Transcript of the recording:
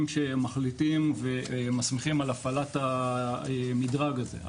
שמחליטים ומסמיכים על הפעלת המדרג הזה.